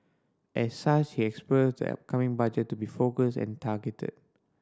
as such he the upcoming Budget to be focused and targeted